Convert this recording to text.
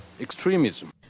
Extremism